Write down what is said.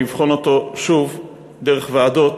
לבחון אותו שוב דרך ועדות,